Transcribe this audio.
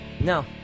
No